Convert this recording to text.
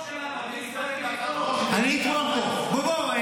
--- אני אתמוך בו.